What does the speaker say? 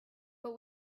but